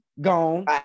Gone